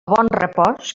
bonrepòs